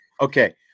Okay